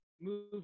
move